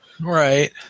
right